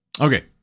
okay